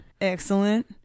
Excellent